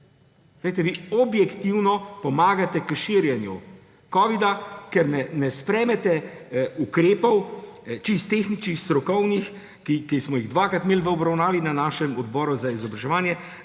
Poglejte, vi objektivno pomagate k širjenju covida, ker ne sprejmete ukrepov, čisto tehničnih, strokovnih, ki smo jih dvakrat imeli v obravnavi na našem odboru za izobraževanje,